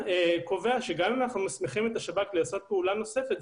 קובע שגם אם אנחנו מסמיכים את השב"כ לעשות פעולה נוספת,